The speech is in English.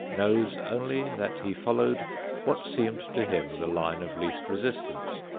knows only that he followed what seemed to him the line of least resistance,